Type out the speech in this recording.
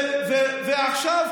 ועכשיו,